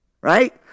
right